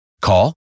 Call